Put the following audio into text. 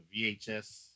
VHS